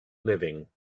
living